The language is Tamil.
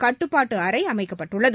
கட்டுப்பாட்டு அறை அமைக்கப்பட்டுள்ளது